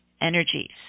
energies